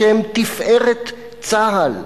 שהם תפארת צה"ל.